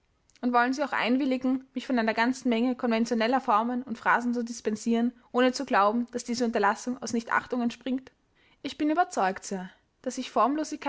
und wollen sie auch einwilligen mich von einer ganzen menge konventioneller formen und phrasen zu dispensieren ohne zu glauben daß diese unterlassung aus nichtachtung entspringt ich bin überzeugt sir daß ich